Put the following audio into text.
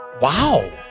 Wow